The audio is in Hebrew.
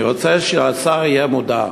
אני רוצה שהשר יהיה מודע,